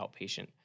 outpatient